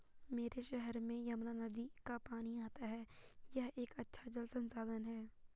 मेरे शहर में यमुना नदी का पानी आता है यह एक अच्छा जल संसाधन है